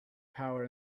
power